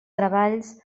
treballs